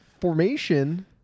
Formation